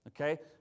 okay